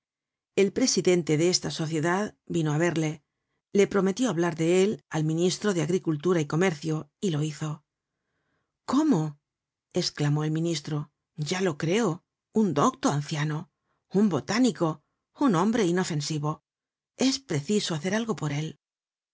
el presidente de esta sociedad vino á verle le prometió hablar de él al ministro de agricultura y comercio y lo hizo cómo esclamó el ministro ya lo creo un docto anciano un botánico un hombre inofensivo es preciso hacer algo por él